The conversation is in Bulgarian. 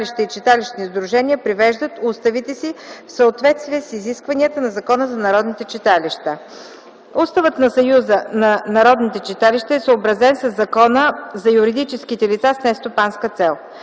Съюза на народните читалища е съобразен със Закона за юридическите лица с нестопанска цел.